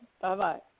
Bye-bye